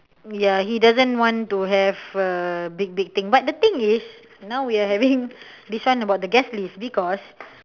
ya he doesn't want to have a big big thing but the thing is now we are having this one about the guest list because